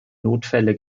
notfälle